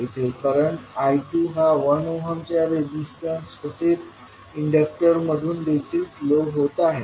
येथे करंट I2हा 1 ओहमच्या रेजिस्टन्स तसेच इंडक्टर मधून देखील फ्लो होत आहे